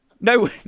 No